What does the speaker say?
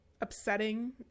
upsetting